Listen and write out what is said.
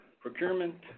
procurement